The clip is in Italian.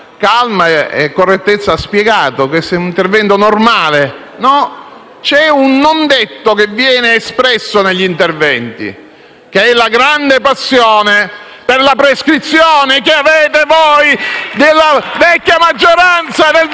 calma e correttezza ha spiegato - è normale. No: c'è un non detto che viene espresso negli interventi, che è la grande passione per la prescrizione che avete voi della vecchia maggioranza, del